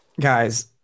Guys